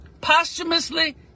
Posthumously